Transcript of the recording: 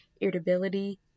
irritability